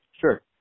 Sure